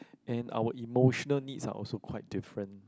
and our emotional needs are also quite different